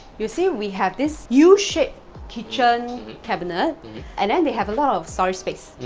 you'll see we have this yeah u-shaped kitchen cabinet and then they have a lot of storage space,